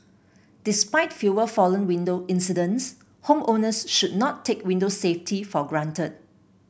despite fewer fallen window incidents homeowners should not take window safety for granted